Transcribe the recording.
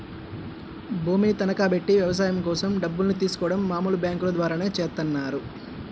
భూమిని తనఖాబెట్టి వ్యవసాయం కోసం డబ్బుల్ని తీసుకోడం మామూలు బ్యేంకుల ద్వారానే చేత్తన్నారు